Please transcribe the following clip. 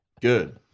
Good